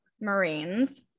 Marines